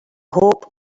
hope